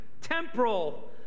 temporal